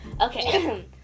Okay